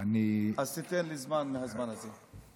אז תיתן לי זמן מהזמן הזה.